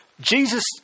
Jesus